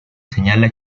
señala